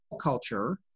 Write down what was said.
culture